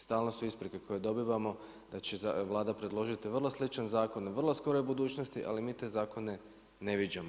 Stalno su isprike koje dobivamo da će Vlada predložiti vrlo sličan zakon u vrlo skoroj budućnosti ali mi te zakone ne viđamo.